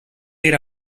era